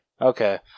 Okay